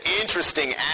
interesting